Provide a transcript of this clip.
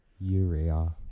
Urea